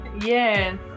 Yes